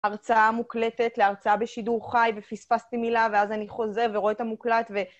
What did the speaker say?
הרצאה מוקלטת להרצאה בשידור חי, ופספסתי מילה, ואז אני חוזר ורואה את המוקלט, ו...